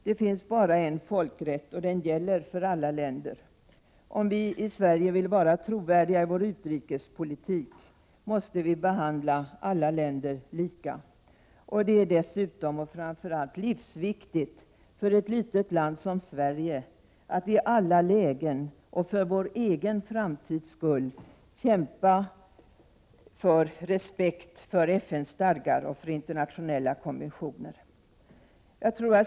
Det finns bara en folkrätt, och den gäller för alla länder. Om vi i Sverige vill vara trovärdiga i vår utrikespolitik måste vi behandla alla länder lika. Det är dessutom och framför allt livsviktigt för ett litet land som Sverige att i alla lägen och för vår egen framtids skull kämpa för respekt för FN:s stadgar och för internationella konventioner.